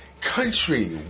Country